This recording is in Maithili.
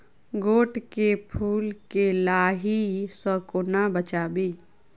गोट केँ फुल केँ लाही सऽ कोना बचाबी?